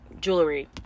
jewelry